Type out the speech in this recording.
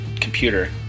computer